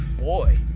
boy